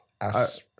as-